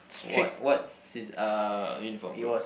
what what c_c uh uniform group